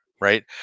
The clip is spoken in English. Right